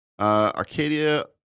arcadia